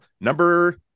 Number